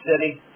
City